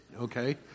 okay